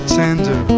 tender